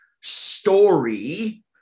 story